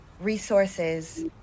resources